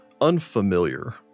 unfamiliar